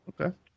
Okay